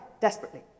desperately